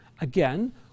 Again